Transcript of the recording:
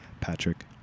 Patrick